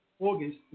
August